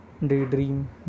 Daydream